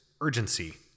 urgency